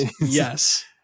Yes